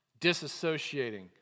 Disassociating